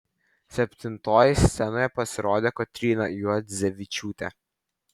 septintoji scenoje pasirodė kotryna juodzevičiūtė